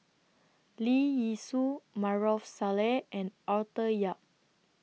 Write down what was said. Leong Yee Soo Maarof Salleh and Arthur Yap